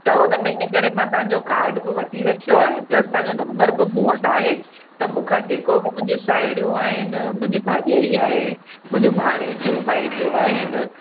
त उन में इन करे मां तव्हां जो कार्ड बि वठी रखियो आहे प्लस तव्हां जो नम्बर बी मूं वटि आहे त मूंखां जेको बि मुंहिंजूं साहेड़ियूं आहिनि मुंहिंजी भाॼाई आहे मुंहिंजी भाणेजियूं भाइटियूं आहिनि